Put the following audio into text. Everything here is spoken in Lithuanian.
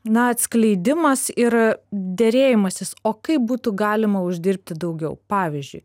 na atskleidimas ir derėjimasis o kaip būtų galima uždirbti daugiau pavyzdžiui